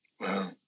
Wow